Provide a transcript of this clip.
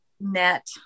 net